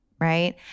right